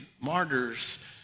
martyrs